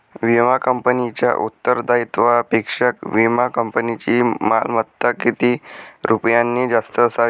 विमा कंपनीच्या उत्तरदायित्वापेक्षा विमा कंपनीची मालमत्ता किती रुपयांनी जास्त असावी?